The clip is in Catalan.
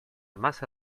massa